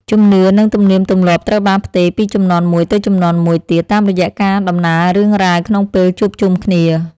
ជំនឿនិងទំនៀមទម្លាប់ត្រូវបានផ្ទេរពីជំនាន់មួយទៅជំនាន់មួយទៀតតាមរយៈការតំណាលរឿងរ៉ាវក្នុងពេលជួបជុំគ្នា។